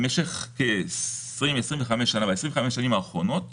בעשרים השנים האחרונות